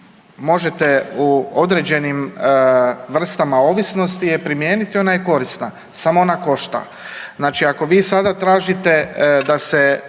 Možete u određenim vrstama ovisnosti je primijeniti, ona je korisna, samo ona košta. Znači ako vi sada tražite da se